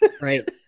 Right